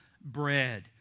bread